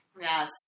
Yes